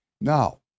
Now